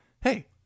hey